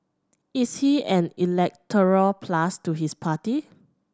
is he an electoral plus to his party